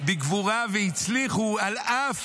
בגבורה והצליחו, אף